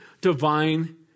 divine